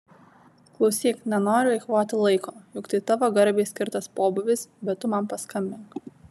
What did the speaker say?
klausyk nenoriu eikvoti laiko juk tai tavo garbei skirtas pobūvis bet tu man paskambink